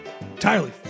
entirely